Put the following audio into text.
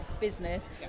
business